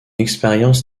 expérience